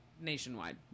nationwide